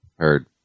Heard